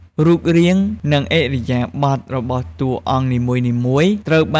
រូបរាង និងឥរិយាបថរបស់តួអង្គនីមួយៗ ត្រូវបានកំណត់ដោយប្រពៃណី ដែលទាមទារជំនាញសិល្បៈពិសេស និងចំណេះដឹងស៊ីជម្រៅអំពីទេវកថា។